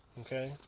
Okay